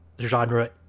genre